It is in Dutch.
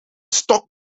stok